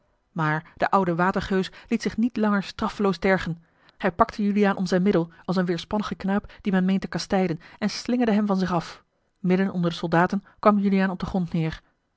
maar de oude watergeus liet zich niet langer straffeloos tergen hij pakte juliaan om zijn middel als een weêrspannigen knaap dien men meent te kastijden en slingerde hem van zich af midden onder de soldaten kwam juliaan op den grond neêr